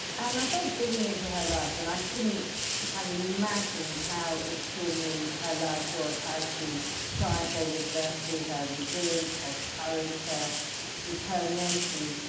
and i started digging into her life. and i couldn't have imagined how extraordinary her life was, how she triumphed over adversity, her resilience, her courage, her determination,